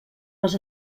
les